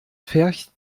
pfercht